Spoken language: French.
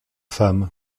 femmes